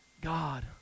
god